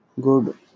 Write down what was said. Good